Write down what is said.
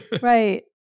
Right